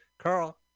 Carl